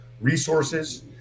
resources